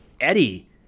Eddie